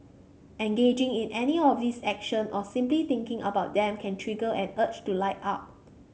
engaging in any of these action or simply thinking about them can trigger an urge to light up